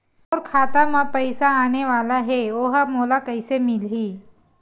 मोर खाता म पईसा आने वाला हे ओहा मोला कइसे मिलही?